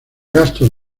gastos